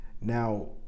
now